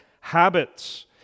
habits